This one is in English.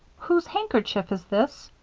whose handkerchief is this?